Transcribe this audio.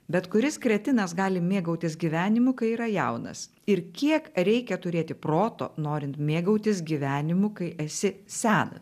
bet kuris kretinas gali mėgautis gyvenimu kai yra jaunas ir kiek reikia turėti proto norint mėgautis gyvenimu kai esi senas